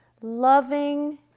loving